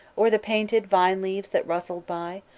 or the painted vine-leaves that rustled by?